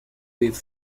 with